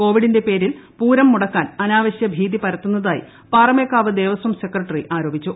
കോവിഡിന്റെ പേരിൽ പൂരം മുടക്കാൻ അനാവശൃ ഭീതി പരത്തുന്നതായി പാറമേക്കാവ് ദേവസ്വം സെക്രട്ടറി ആരോപിച്ചു